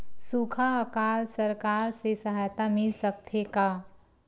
सुखा अकाल सरकार से सहायता मिल सकथे का?